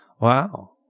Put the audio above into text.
Wow